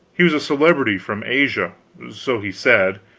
he was a celebrity from asia so he said,